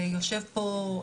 גם אם הוא יהיה ממש נחמד.